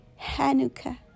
Hanukkah